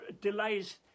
delays